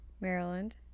Maryland